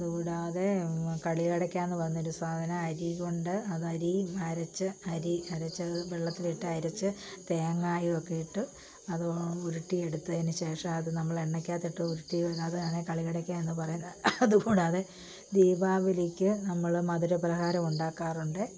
അതുകൂടാതെ കളി അടയ്ക്കാന്ന് പറഞ്ഞ ഒരു സാധനം അരി കൊണ്ട് അത് അരി അരച്ച് അരി അരച്ചത് വെള്ളത്തിലിട്ട് അരച്ച് തേങ്ങയൊക്കെയിട്ട് അത് ഉരുട്ടി എടുത്തതിന് ശേഷം അത് നമ്മൾ എണ്ണയ്ക്കകത്തിട്ട് ഉരുട്ടി അതിനെ കളിയടയ്ക്ക എന്നാണ് പറയുന്നത് അതുകൂടാതെ ദീപാവലിക്ക് നമ്മൾ മധുര പലഹാരം ഉണ്ടാക്കാറുണ്ട്